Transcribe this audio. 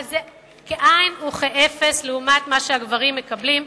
אבל זה כאין וכאפס לעומת מה שהגברים מקבלים,